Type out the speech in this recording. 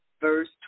verse